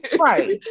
Right